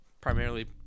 primarily